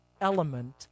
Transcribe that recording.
element